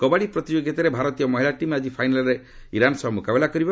କବାଡ଼ି ପ୍ରତିଯୋଗିତାରେ ଭାରତୀୟ ମହିଳା ଟିମ୍ ଆକି ଫାଇନାଲ୍ରେ ଇରାନ୍ ସହ ମୁକାବିଲା କରିବ